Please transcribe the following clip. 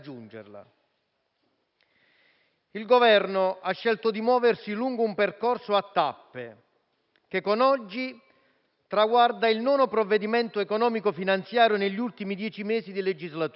Il Governo ha scelto di muoversi lungo un percorso a tappe che con oggi traguarda il nono provvedimento economico finanziario negli ultimi dieci mesi di legislatura.